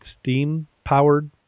steam-powered